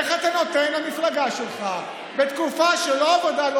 איך אתה נותן למפלגה שלך בתקופה של "לא עבודה,